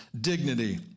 dignity